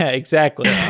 ah exactly. yeah